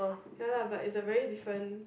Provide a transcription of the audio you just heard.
ya lah but is a very different